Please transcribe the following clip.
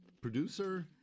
producer